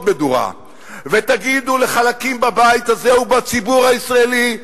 מדורה ותגידו לחלקים בבית הזה ובציבור הישראלי,